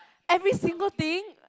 every single thing